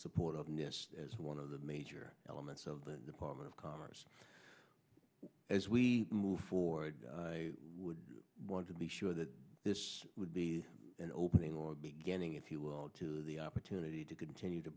support of nest as one of the major elements of the department of commerce as we move forward i would want to be sure that this would be an opening or a beginning if you will to the opportunity to continue to